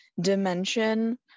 dimension